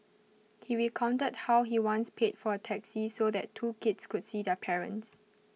he recounted how he once paid for A taxi so that two kids could see their parents